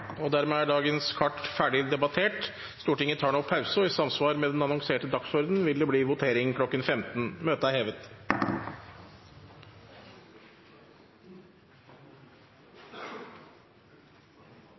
er dagens kart ferdigdebattert. Stortinget tar nå pause, og i samsvar med den annonserte dagsordenen vil det bli votering kl. 15. Stortinget er